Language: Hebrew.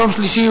יום שלישי,